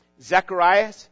Zechariah